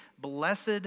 Blessed